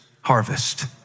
harvest